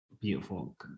beautiful